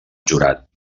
jurat